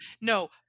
No